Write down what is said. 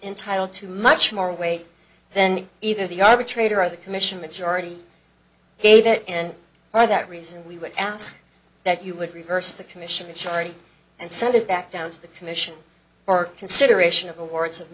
entirely too much more weight than either the arbitrator or the commission majority gave it and for that reason we would ask that you would reverse the commission maturity and send it back down to the commission for consideration of awards